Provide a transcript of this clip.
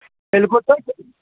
تیٚلہِ گوٚو تتھ